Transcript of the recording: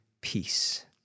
peace